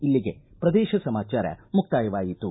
ಇಲ್ಲಿಗೆ ಪ್ರದೇಶ ಸಮಾಚಾರ ಮುಕ್ತಾಯವಾಯಿತು